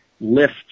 lift